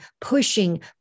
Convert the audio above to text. pushing